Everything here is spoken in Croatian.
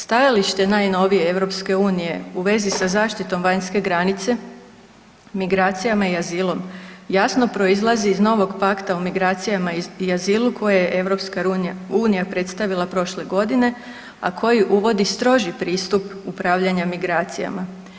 Stajalište najnovije EU u vezi sa zaštitom vanjske granice, migracijama i azilom jasno proizlazi iz novog pakta o migracijama i azilu koje je EU predstavila prošle godine, a koje uvodi stroži pristup upravljanja migracijama.